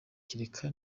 kereka